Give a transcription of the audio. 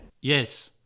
Yes